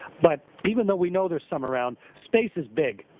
but even though we know there's some around, space is big,